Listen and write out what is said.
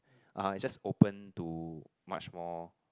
(uh huh) it's just open to much more